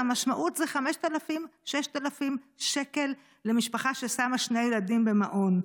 והמשמעות זה 5,000 6,000 למשפחה ששמה שני ילדים במעון.